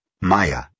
Maya